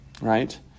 right